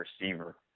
receiver